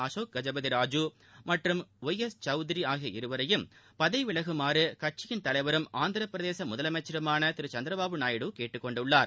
அசோக் கஜபதி ராஜு மற்றும் திரு Y S Chowdary ஆகிய இருவரையும் பதவி விவகுமாறு கட்சியின் தலைவரும் ஆந்திரப்பிரதேச முதலமைச்சருமான திரு சந்திரபாபு நாயுடு கேட்டுக்கொண்டுள்ளார்